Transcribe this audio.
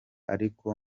ariko